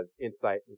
insight